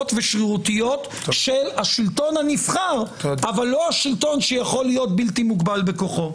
ושרירותיות של השלטון הנבחר אבל לא השלטון שיכול להיות בלתי מוגבל בכוחו.